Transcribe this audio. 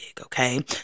Okay